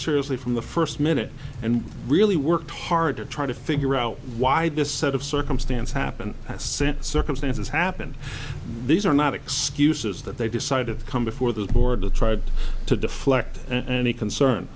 seriously from the first minute and really worked hard to try to figure out why this sort of circumstance happened since circumstances happened these are not excuses that they decided to come before the board to try to deflect any concern